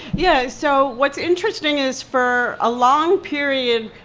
yeah. so what's interesting is for a long period,